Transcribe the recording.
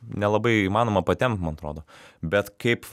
nelabai įmanoma patempt man atrodo bet kaip